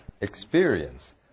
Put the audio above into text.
experience